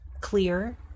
clear